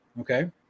Okay